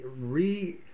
re